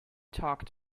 talk